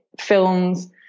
films